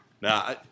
Now